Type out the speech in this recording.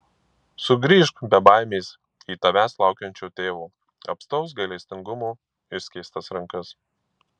sugrįžk be baimės į tavęs laukiančio tėvo apstaus gailestingumo išskėstas rankas